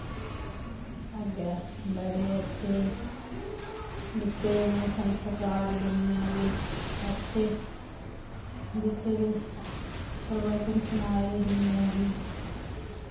अग्गें बड़े अच्छे दित्ते दे उ'नें संस्कार दुनिया गी अच्छे दित्ते दे प्रवचन सनाए दे दुनिया गी